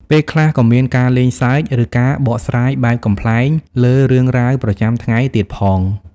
ពេលខ្លះក៏មាន ការលេងសើច ឬការបកស្រាយបែបកំប្លែងលើរឿងរ៉ាវប្រចាំថ្ងៃទៀតផង។